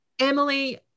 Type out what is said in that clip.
Emily